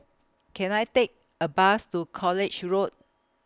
Can I Take A Bus to College Road